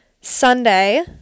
Sunday